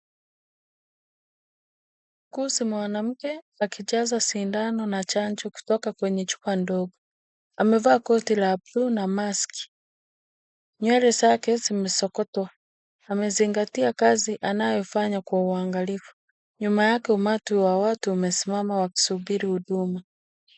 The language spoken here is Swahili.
Kuhusu mwanamke akijaza sindano na chanjo kutoka kwenye chupa ndogo. Amevaa koti la bluu na maski . Nywele zake zimesokotwa. Amezingatia kazi anayofanya kwa uangalifu. Nyuma yake umati wa watu umesimama wakisubiri huduma.